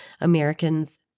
Americans